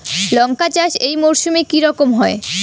লঙ্কা চাষ এই মরসুমে কি রকম হয়?